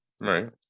Right